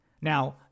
Now